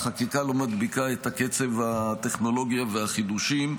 החקיקה לא מדביקה את קצב הטכנולוגיה והחידושים.